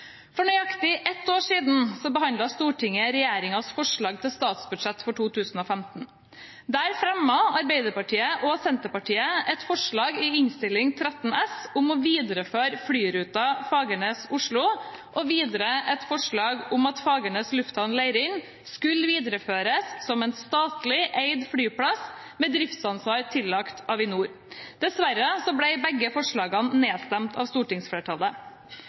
For nøyaktig ett år siden behandlet Stortinget regjeringens forslag til statsbudsjett for 2015. Der fremmet Arbeiderpartiet og Senterpartiet et forslag i Innst. 13 S for 2014–2015 om å videreføre flyruten Fagernes–Oslo og videre et forslag om at Fagernes lufthavn, Leirin skulle videreføres som en statlig eid flyplass med driftsansvar tillagt Avinor. Dessverre ble begge forslagene nedstemt av stortingsflertallet.